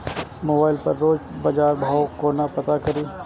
Mobile पर रोज बजार भाव कोना पता करि?